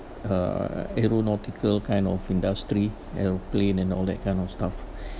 uh aeronautical kind of industry aeroplane and all that kind of stuff